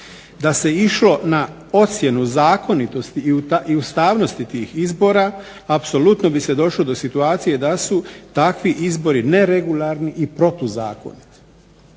Da se išlo na ocjenu zakonitosti i ustavnosti tih izbora apsolutno bi se došlo do situacije da su takvi izbori neregularni i protuzakoniti.